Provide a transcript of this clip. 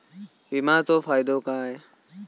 विमाचो फायदो काय?